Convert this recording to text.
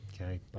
okay